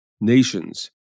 nations